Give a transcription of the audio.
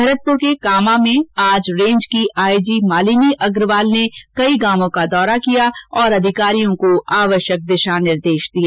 भरतपुर के कामां में आज रेंज की आईजी मालिनी अग्रवाल ने कई गांव का दौरा किया और अधिकारियों को आवश्यक दिशा निर्देश दिए